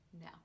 No